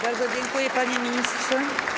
Bardzo dziękuję, panie ministrze.